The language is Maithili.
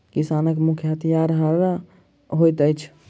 किसानक मुख्य हथियार हअर होइत अछि